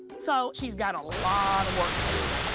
so she's got a lot of work to do.